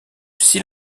six